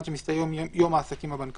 עד שמסתיים יום העסקים הבנקאי.